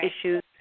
issues